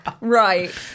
Right